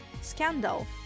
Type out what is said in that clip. Scandal